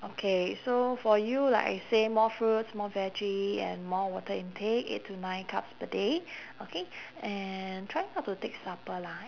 okay so for you like I say more fruits more veggie and more water intake eight to nine cups per day okay and try not to take supper lah